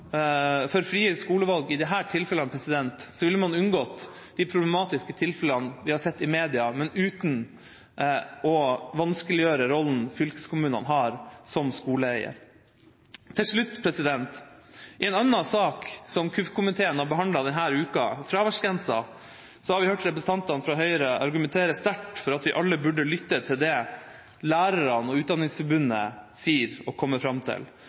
for frie skolevalg i disse tilfellene, ville man unngått de problematiske tilfellene vi har sett i media, men uten å vanskeliggjøre rollen fylkeskommunene har som skoleeier. Til slutt: I en annen sak som kirke-, utdannings- og forskningskomiteen har behandlet denne uka – fraværsgrensen – har vi hørt representanter fra Høyre argumentere sterkt for at vi alle burde lytte til det lærerne og Utdanningsforbundet sier og kommer fram til.